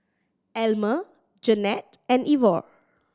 Elmer Jeanette and Ivor